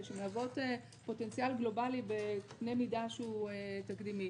שמהוות פוטנציאל גלובאלי בקנה מידה שהוא תקדימי.